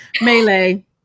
melee